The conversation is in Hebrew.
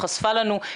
חשפה לנו,